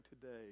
today